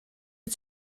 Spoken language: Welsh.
wyt